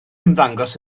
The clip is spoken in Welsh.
ymddangos